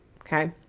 Okay